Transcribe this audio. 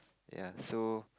ya so